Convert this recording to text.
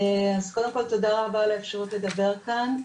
קודם כל תודה רבה על האפשרות לדבר כאן,